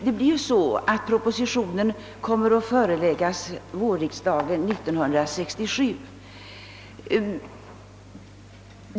Propositionen i detta ärende kommer att föreläggas vårriksdagen 1967.